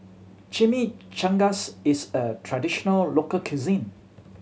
chimichangas is a traditional local cuisine